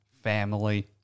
family